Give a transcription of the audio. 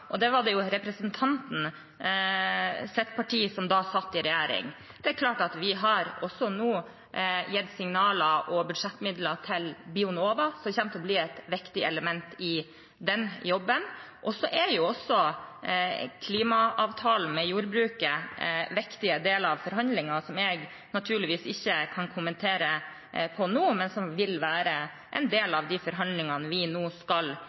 og det var jo da representantens parti som satt i regjering. Vi har nå gitt signaler og budsjettmidler til Bionova, som kommer til å bli et viktig element i den jobben. Også klimaavtalen med jordbruket er en viktig del av forhandlingene, som jeg naturligvis ikke kan kommentere på nå. Men det vil være en del av de forhandlingene vi nå skal